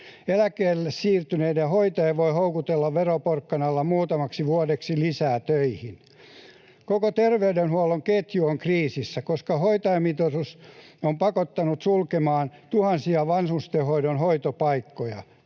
Eläkkeelle siirtyneitä hoitajia voi houkutella veroporkkanalla muutamaksi vuodeksi lisää töihin. Koko terveydenhuollon ketju on kriisissä, koska hoitajamitoitus on pakottanut sulkemaan tuhansia vanhustenhoidon hoitopaikkoja.